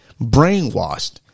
brainwashed